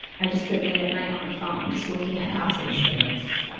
i just sit late at night on my phone just looking at houses and it's,